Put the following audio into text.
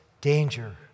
danger